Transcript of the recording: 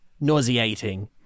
nauseating